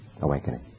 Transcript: awakening